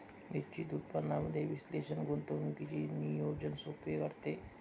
निश्चित उत्पन्नाचे विश्लेषण गुंतवणुकीचे नियोजन सोपे करते